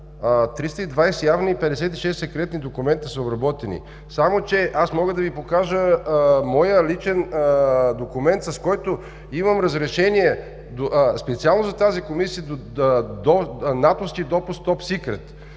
320 явни и 56 секретни документа са обработени. Само че аз мога да Ви покажа моя личен документ, с който имам разрешение специално за тази Комисия натовски допуск „Космик